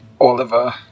Oliver